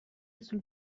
sul